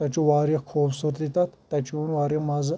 تتہِ چھِ واریاہ خوٗبصوٗرتۍ تتھ تتہِ چھِ یوان واریاہ مزٕ